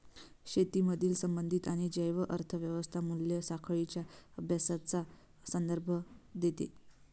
शेतीमधील संबंधित आणि जैव अर्थ व्यवस्था मूल्य साखळींच्या अभ्यासाचा संदर्भ देते